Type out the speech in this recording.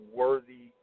worthy